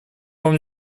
нам